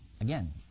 Again